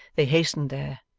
they hastened there,